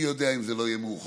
מי יודע אם זה לא יהיה מאוחר.